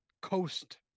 coast